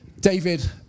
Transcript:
David